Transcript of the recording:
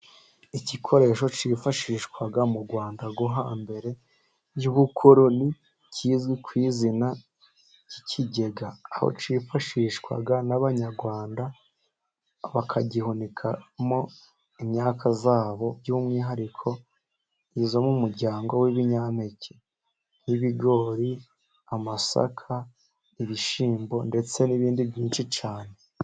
Igikoresho cyifashishwaga mu Rwanda hambere y'ubukoroni kizwi ku izina ry'ikigega. Aho cyifashishwaga n'abanyarwanda bakagihunikamo imyaka yabo, by'umwihariko iyo mu muryango w'ibinyampeke. Nk'ibigori, amasaka, ibishyimbo, ndetse n'ibindi byinshi cyane.